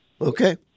Okay